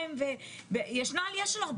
יש תכנית יפה